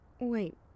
Wait